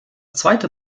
zweite